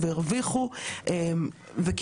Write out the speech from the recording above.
ומקבלים את הזכויות האלה כשהם יוצאים מישראל,